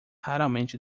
raramente